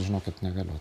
žinokit negaliu